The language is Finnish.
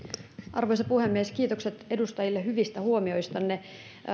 arvoisa puhemies kiitokset edustajille hyvistä huomioistanne